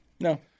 No